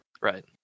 Right